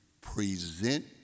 present